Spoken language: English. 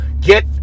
Get